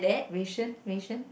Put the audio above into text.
wei-sheng wei-sheng